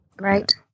Right